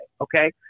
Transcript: okay